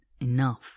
enough